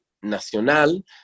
nacional